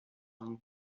long